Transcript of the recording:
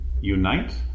unite